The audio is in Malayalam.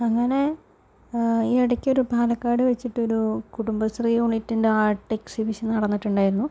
അങ്ങനെ ഈ ഇടയ്ക്കൊരു പാലക്കാട് വെച്ചിട്ടൊരു കുടുംബശ്രീ യൂണിറ്റിൻ്റെ ആർട്ട് എക്സിബിഷൻ നടന്നിട്ടുണ്ടായിരുന്നു